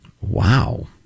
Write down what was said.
Wow